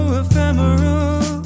ephemeral